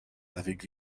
avec